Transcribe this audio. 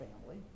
family